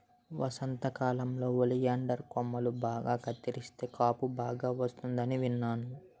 వసంతకాలంలో ఒలియండర్ కొమ్మలు బాగా కత్తిరిస్తే కాపు బాగా వస్తుందని విన్నాను